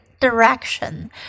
direction